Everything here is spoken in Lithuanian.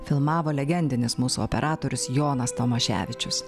filmavo legendinis mūsų operatorius jonas tomaševičius